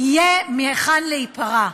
יהיה מהיכן להיפרע.